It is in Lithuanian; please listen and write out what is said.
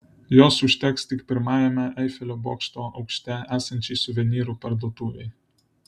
jos užteks tik pirmajame eifelio bokšto aukšte esančiai suvenyrų parduotuvei